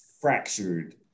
fractured